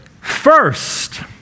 First